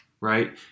right